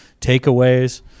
takeaways